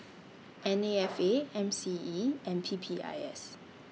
N A F A M C E and P P I S